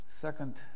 Second